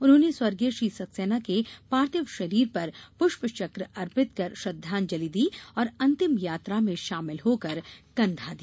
उन्होंने स्वर्गीय श्री सक्सेना के पार्थिव शरीर पर पुष्पचक अर्पित कर श्रद्धांजलि दी और अंतिम यात्रा में शामिल होकर कंधा दिया